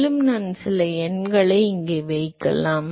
மேலும் நான் சில எண்களை இங்கே வைக்கலாம்